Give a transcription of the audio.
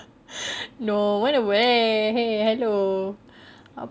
no mana boleh !hey! hello